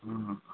हँ